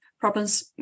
problems